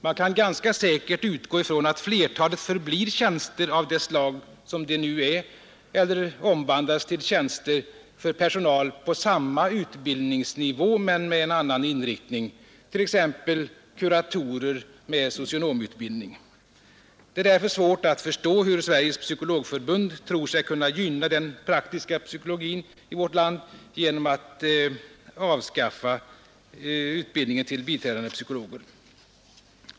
Man kan ganska säkert utgå ifrån att flertalet förblir tjänster av det slag som de nu är eller omvandlas till tjänster för personal på samma utbildningsnivå men med en annan inriktning, t.ex. kuratorer med socionomutbildning. Det är därför svårt att förstå hur Sveriges Psykologförbund tror sig kunna gynna den praktiska psykologin i vårt land genom att avskaffa utbildningen till biträdande psykologer.